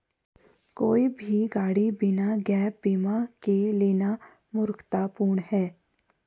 कोई भी गाड़ी बिना गैप बीमा के लेना मूर्खतापूर्ण है